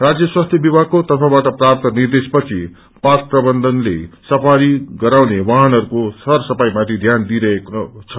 राज्य स्वास्थ्य विभागको तर्फबाट प्राप्त निर्देश पछि पार्क प्रबन्धनले सफारी गराउने वाहनहरूको सर सफाईमाथि ध्यान दिइरहेका छन्